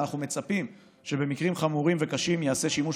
ואנחנו מצפים שבמקרים חמורים וקשים ייעשה שימוש